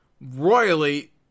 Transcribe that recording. royally